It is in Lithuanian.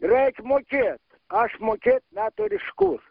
reik mokėt aš mokėt neturiu iš kur